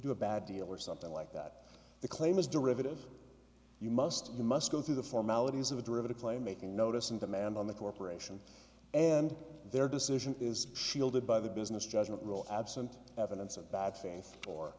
do a bad deal or something like that the claim is derivative you must you must go through the formalities of a derivative claim making notice and demand on the corporation and their decision is shouldered by the business judgment rule absent evidence of bad fa